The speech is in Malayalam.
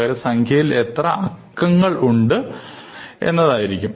പകരം സംഖ്യയിൽ എത്ര അക്കങ്ങൾ ഉണ്ട് എന്നതായിരിക്കും